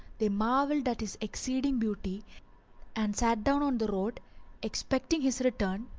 they marvelled at his exceeding beauty and sat down on the road expecting his return,